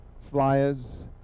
flyers